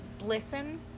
listen